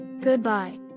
Goodbye